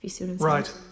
Right